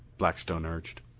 blackstone urged.